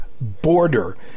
Border